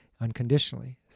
unconditionally